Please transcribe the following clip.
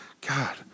god